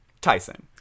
Tyson